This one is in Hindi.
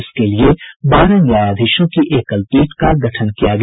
इसके लिए बारह न्यायाधीशों की एकलपीठ का गठन किया गया